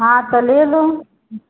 हाँ तो ले लों